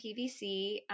PVC